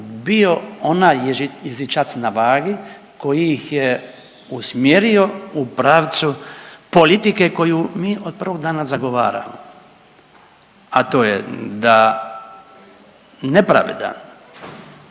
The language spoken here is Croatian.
bio onaj jezičac na vagi koji ih je usmjerio u pravcu politike koju mi od prvog dana zagovaramo, a to je da nepravda